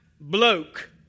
bloke